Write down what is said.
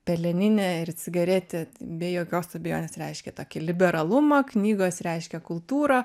peleninė ir cigaretė be jokios abejonės reiškė tokį liberalumą knygos reiškia kultūrą